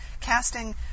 casting